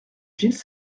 gilles